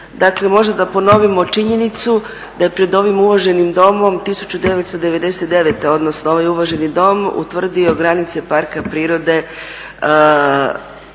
Dakle možda da ponovimo činjenicu da je pred ovim uvaženim Domom 1999. odnosno ovaj uvaženi Dom utvrdio granice Parka prirode